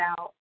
out